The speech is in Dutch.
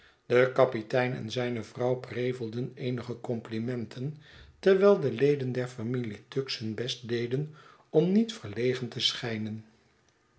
de kapitein en zijne vrouw prevelden eenige complimenten terwijl de leden der familie tuggs hun best deden om niet verlegen te schijnen